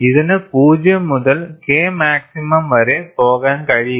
ഇതിന് 0 മുതൽ K maximum വരെ പോകാൻ കഴിയില്ല